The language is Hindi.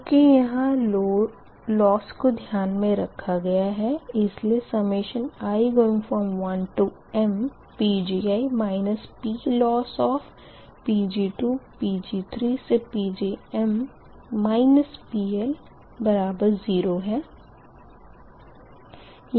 चूँकि यहाँ लोस को ध्यान मे रखा गया है इसलिएi1mPgi PLossPg2Pg3Pgm PL0 है